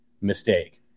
mistake